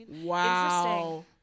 Wow